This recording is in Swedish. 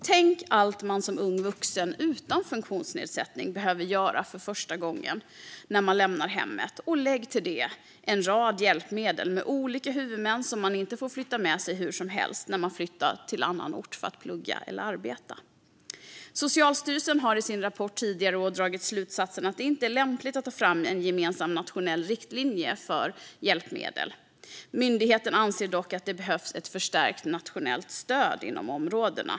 Tänk allt man som ung vuxen utan funktionsnedsättning behöver göra för första gången när man lämnar hemmet, och lägg till det en rad hjälpmedel med olika huvudmän som man inte får flytta med sig hur som helst när flyttar till annan ort för att plugga eller arbeta! Socialstyrelsen har i sin rapport som kom tidigare i år dragit slutsatsen att det inte är lämpligt att ta fram en gemensam nationell riktlinje för hjälpmedel. Myndigheten anser dock att det behövs ett förstärkt nationellt stöd inom områdena.